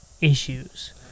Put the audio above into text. issues